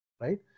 right